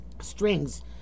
strings